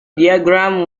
diagrams